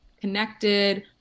connected